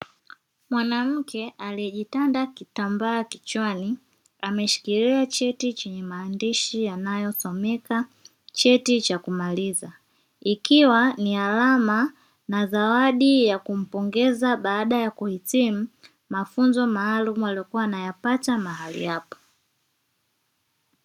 Mwanamke aliyejitanda kitambaa kichwani ameshikilia cheti chenye maandishi yanayosomeka cheti cha kumaliza, ikiwa ni alama na zawadi ya kumpongeza baada ya kuhitimu mafunzo maalumu aliokuwa anayapata mahali hapo.